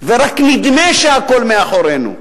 ורק נדמה שהכול מאחורינו.